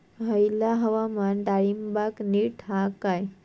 हयला हवामान डाळींबाक नीट हा काय?